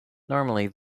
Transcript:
normally